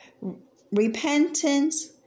repentance